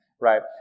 right